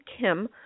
Kim